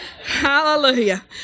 Hallelujah